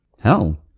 Hell